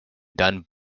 done